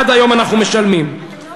עד היום אנחנו משלמים עליו.